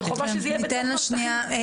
זה חובה שזה יהיה בתוך מערכת החינוך.